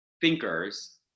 thinkers